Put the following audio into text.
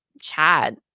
Chad